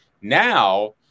Now